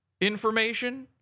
information